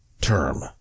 term